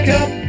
up